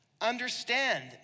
understand